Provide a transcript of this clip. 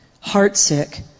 Heartsick